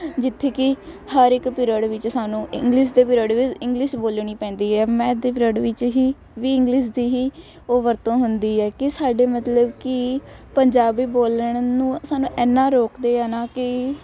ਜਿੱਥੇ ਕਿ ਹਰ ਇੱਕ ਪੀਰੀਅਡ ਵਿੱਚ ਸਾਨੂੰ ਇੰਗਲਿਸ਼ ਦੇ ਪੀਰੀਅਡ ਵੀ ਇੰਗਲਿਸ਼ ਬੋਲਣੀ ਪੈਂਦੀ ਹੈ ਮੈਥ ਦੇ ਪੀਰੀਅਡ ਵਿੱਚ ਹੀ ਵੀ ਇੰਗਲਿਸ਼ ਦੀ ਹੀ ਉਹ ਵਰਤੋਂ ਹੁੰਦੀ ਹੈ ਕਿ ਸਾਡੇ ਮਤਲਬ ਕਿ ਪੰਜਾਬੀ ਬੋਲਣ ਨੂੰ ਸਾਨੂੰ ਇੰਨਾਂ ਰੋਕਦੇ ਆ ਨਾ ਕਿ